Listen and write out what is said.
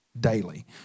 daily